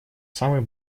самой